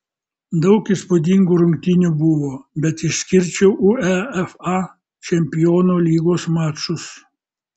daug įspūdingų rungtynių buvo bet išskirčiau uefa čempionų lygos mačus